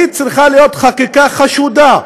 צריכה להיות חקיקה חשודה,